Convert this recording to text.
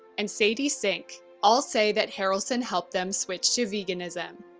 and sandie sink, all say that harrelson helped them switch to veganism.